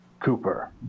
Cooper